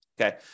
Okay